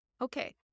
okay